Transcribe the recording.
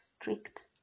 strict